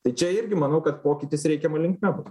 tai čia irgi manau kad pokytis reikiama linkme bus